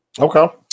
okay